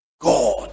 god